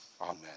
Amen